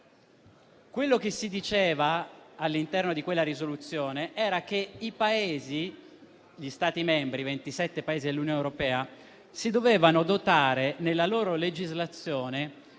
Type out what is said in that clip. Quello che si diceva, all'interno di quella risoluzione, era che i Paesi, gli Stati membri, cioè ventisette Paesi dell'Unione europea, si dovevano dotare, nella loro legislazione,